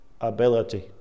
ability